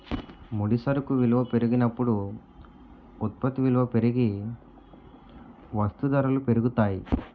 ముడి సరుకు విలువల పెరిగినప్పుడు ఉత్పత్తి విలువ పెరిగి వస్తూ ధరలు పెరుగుతాయి